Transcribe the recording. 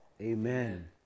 Amen